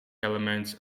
elements